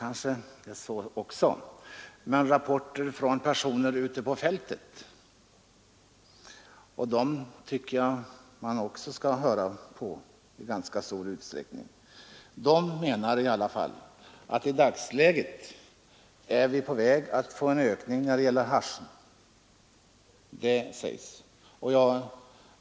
Kanske är det så, men personer ute på fältet — och dem bör man också höra på — menar i alla fall att vi i dagsläget är på väg att få en ökning av haschmissbruket.